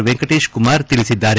ವೆಂಕಟೇಶ್ ಕುಮಾರ್ ತಿಳಿಸಿದ್ದಾರೆ